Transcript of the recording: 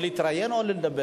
לא להתראיין או לא לדבר?